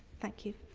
thank you.